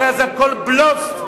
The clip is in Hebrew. הרי זה הכול בלוף.